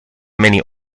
many